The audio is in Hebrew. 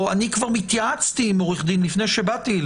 או כי היא כבר התייעצה עם עורך דין לפני שהיא באה,